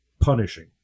Punishing